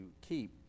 keep